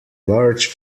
large